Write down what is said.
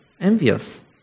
envious